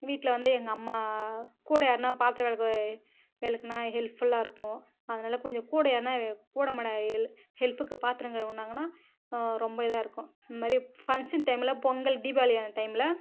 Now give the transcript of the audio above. வீட்டில் வந்து எங்கள் அம்மா கூட யார்னா பாத்திரம் விளக்குனா ஹெல்ப் ஃபுல்லாக இருக்கும் அதனால் கொஞ்சம் கூட யார்னா கூட மாட ஹெ ஹெல்ப்புக்கு பாத்திரம் கழுவினாங்கன்னா ரொம்ப இதாக இருக்கும் இந்தமாதிரி ஃபங்க்ஷன் டைம்மில் பொங்கல் தீபாவளியான டைம்மில்